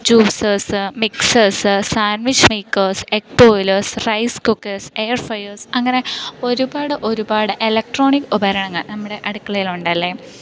juicers mixers sandwich makers egg boilers rice cookers air fryers അങ്ങനെ ഒരുപാട് ഒരുപാട് electronic ഉപകരണങ്ങൾ നമ്മുടെ അടുക്കളയിൽ ഉണ്ടല്ലേ